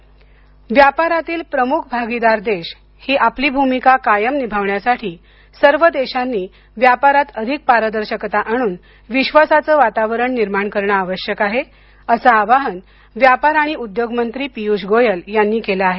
परिषद व्यापारातील प्रमुख भागीदार देश ही आपली भूमिका कायम निभावण्यासाठी सर्व देशांनी व्यापारात अधिक पारदर्शकता आणून विश्वासाचं वातावरण निर्माण करणं आवश्यक आहे असं आवाहन व्यापार आणि उद्योग मंत्री पियूष गोयल यांनी केलं आहे